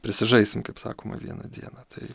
prisižaisim kaip sakoma vieną dieną tai